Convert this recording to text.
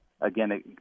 Again